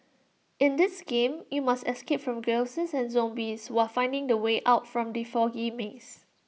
in this game you must escape from ghosts and zombies while finding the way out from the foggy maze